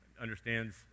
understands